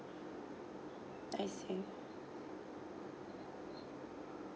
I see